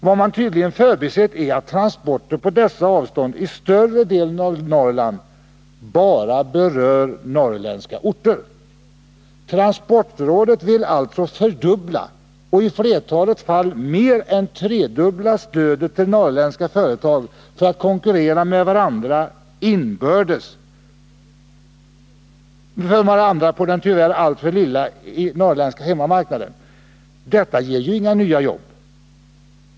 Vad man tydligen förbisett är att transporter på dessa avstånd i större delen av Norrland bara berör norrländska orter. Transportrådet vill alltså fördubbla och i flertalet fall mer än tredubbla stödet till norrländska företag för att de inbördes skall konkurrera med varandra på den tyvärr alltför lilla norrländska hemmamarknaden. Detta ger ju inga nya jobb!